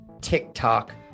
TikTok